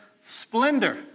splendor